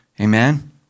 Amen